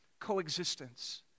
Coexistence